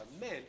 men